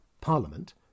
Parliament